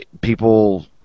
people